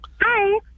Hi